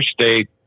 state